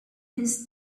his